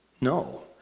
no